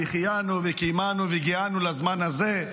שהחיינו וקיימנו והגיענו לזמן הזה.